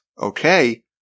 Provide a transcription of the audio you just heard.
Okay